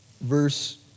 verse